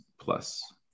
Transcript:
plus